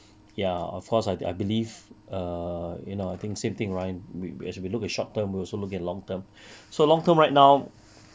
ya of course I I believe uh you know I think same thing ryan w~ w~ as we look at short term we also look at long term so long term right now